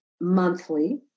monthly